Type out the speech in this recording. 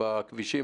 בכבישים,